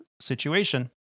situation